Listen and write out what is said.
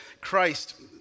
Christ